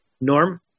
Norm